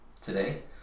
today